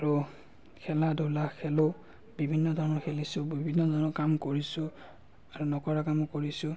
আৰু খেলা ধূলা খেলো বিভিন্ন ধৰণৰ খেলিছোঁ বিভিন্ন ধৰণৰ কাম কৰিছোঁ আৰু নকৰা কামো কৰিছোঁ